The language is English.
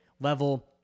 level